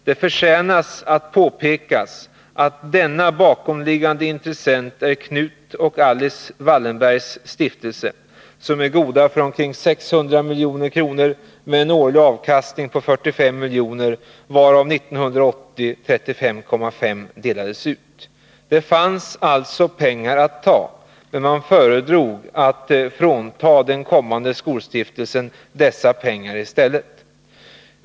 Det förtjänar att påpekas att denna bakomliggande intressent är Knut och Alice Wallenbergs stiftelse, som är god för omkring 600 milj.kr. med en årlig avkastning på 45 miljoner, varav 35,5 delades ut 1980. Det fanns alltså pengar att ta, men man föredrog att frånta den kommande skolstiftelsen dessa pengar i stället.